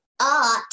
Art